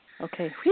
Okay